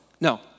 No